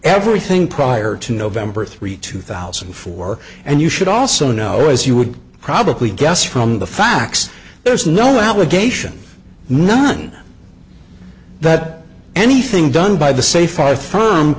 everything prior to november three two thousand and four and you should also know as you would probably guess from the facts there is no allegation none that anything done by the sa